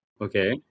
Okay